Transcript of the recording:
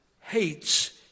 hates